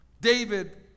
David